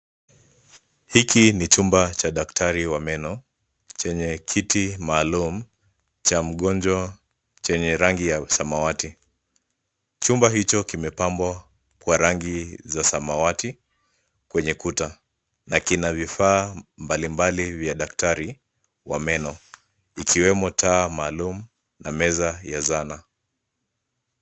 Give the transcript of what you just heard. Hiki ni chumba cha daktari wa meno chenye kiti maalum cha mgonjwa chenye rangi ya samawati. Chumba hicho kimepambwa kwa rangi za samawati, kwenye kuta na kina vifaa mbalimbali vya daktari wa meno, ikiwemo taa maalum, na meza ya zana.